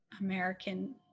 American